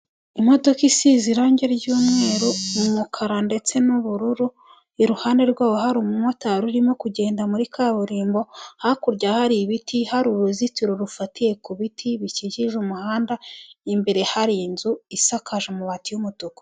Imodoka isize irangi ry'umweru umukara ndetse n'ubururu, iruhande rwabo hari umumotari urimo kugenda muri kaburimbo, hakurya hari ibiti, hari uruzitiro rufatiye ku biti bikikije umuhanda, imbere hari inzu isakaje amabati y'umutuku.